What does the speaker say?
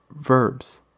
verbs